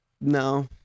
No